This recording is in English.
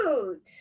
Cute